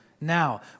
Now